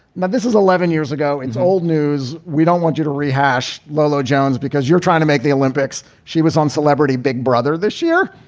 but this was eleven years ago is old news. we don't want you to rehash lolo jones because you're trying to make the olympics. she was on celebrity big brother this year